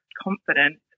confident